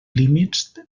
límits